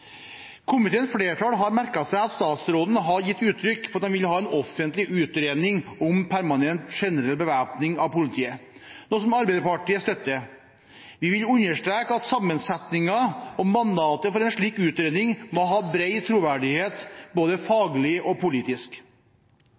Komiteens flertall har merket seg at statsråden har gitt uttrykk for at han vil ha en offentlig utredning om permanent generell bevæpning av politiet, noe som Arbeiderpartiet støtter. Vi vil understreke at sammensetningen og mandatet for en slik utredning må ha bred troverdighet både faglig og politisk.